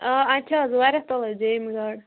آ اَسہِ چھِ حظ ورایاہ کالس جٮ۪مہِ گاڈٕ